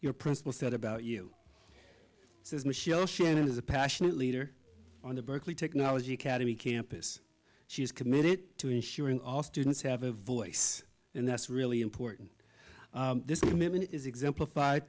your principal said about you says michelle shannon is a passionate leader on the berkeley technology cademy campus she is committed to ensuring all students have a voice and that's really important this commitment is exemplified